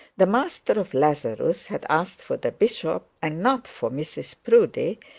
the master of lazarus had asked for the bishop, and not for mrs proudie,